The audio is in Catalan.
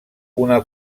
una